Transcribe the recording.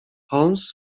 holmes